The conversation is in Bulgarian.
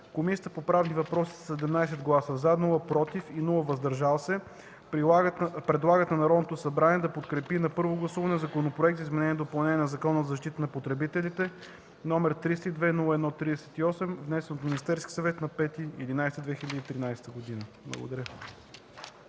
Комисията по правни въпроси със 17 гласа „за“, без „против“ и „въздържали се“ предлага на Народното събрание да подкрепи на първо гласуване Законопроект за изменение и допълнение на Закона за защита на потребителите, № 302-01-38, внесен от Министерския съвет на 5 ноември 2013 г.” Благодаря.